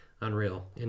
unreal